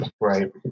Right